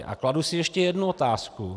A kladu si ještě jednu otázku.